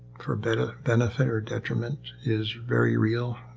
or but benefit or detriment, is very real,